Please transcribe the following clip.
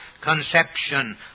conception